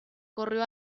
corrió